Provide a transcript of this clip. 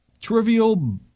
trivial